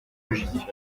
logique